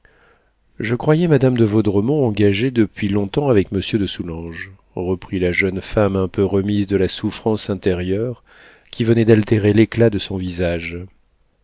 je croyais madame de vaudremont engagée depuis longtemps avec monsieur de soulanges reprit la jeune femme un peu remise de la souffrance intérieure qui venait d'altérer l'éclat de son visage